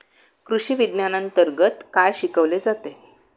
कृषीविज्ञानांतर्गत काय शिकवले जाते?